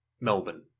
Melbourne